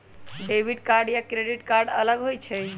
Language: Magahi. डेबिट कार्ड या क्रेडिट कार्ड अलग होईछ ई?